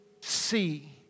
see